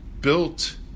built